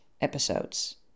episodes